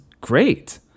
great